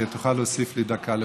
שתוכל להוסיף לי דקה לפחות.